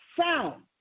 sound